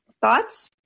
thoughts